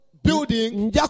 building